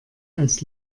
als